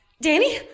Danny